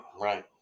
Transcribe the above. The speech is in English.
right